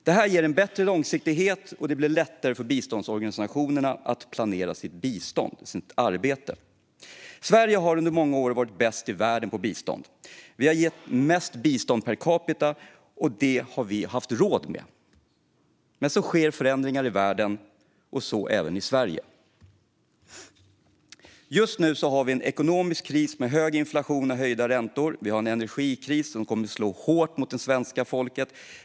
Det ger en bättre långsiktighet, och det blir lättare för biståndsorganisationerna att planera sitt arbete med biståndet. Sverige har under många år varit bäst i världen på bistånd. Vi har givit mest bistånd per capita, och det har vi haft råd med. Men så sker förändringar i världen, och så även i Sverige. Just nu har vi en ekonomisk kris med hög inflation och höjda räntor. Vi har en energikris som kommer att slå hårt mot det svenska folket.